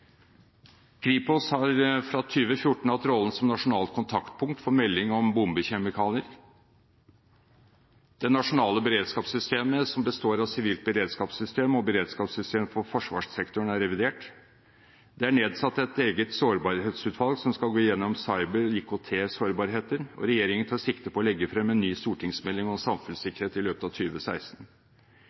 Kripos har fra 2014 hatt rollen som nasjonalt kontaktpunkt for melding om bombekjemikalier. Det nasjonale beredskapssystemet, som består av Sivilt beredskapssystem og Beredskapssystemer for forsvarssektoren, er revidert. Det er nedsatt et eget sårbarhetsutvalg som skal gå gjennom cyber- og IKT-sårbarheter, og regjeringen tar sikte på å legge frem en ny stortingsmelding om samfunnssikkerhet i løpet av